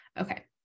Okay